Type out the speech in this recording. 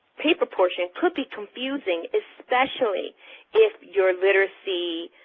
paper portion, could be confusing, especially if your literacy